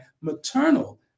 maternal